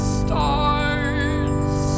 stars